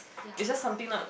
it's just something not